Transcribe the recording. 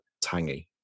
tangy